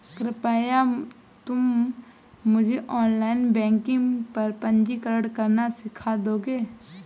कृपया तुम मुझे ऑनलाइन बैंकिंग पर पंजीकरण करना सीख दोगे?